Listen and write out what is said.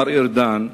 מר ארדן,